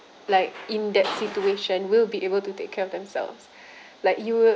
like in that situation will be able to take care of themselves like you